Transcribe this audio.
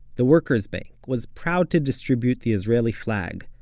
the workers bank was proud to distribute the israeli flag,